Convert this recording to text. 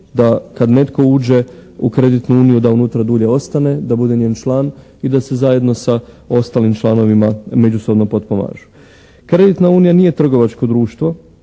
da kad netko uđe u kreditnu uniju da unutra dulje ostane, da bude njen član i da se zajedno sa ostalim članovima međusobno potpomažu. Kreditna unija nje trgovačko društvo